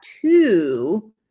two